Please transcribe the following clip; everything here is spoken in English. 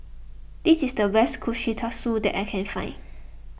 this is the best Kushikatsu that I can find